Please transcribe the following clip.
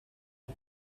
and